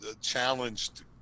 challenged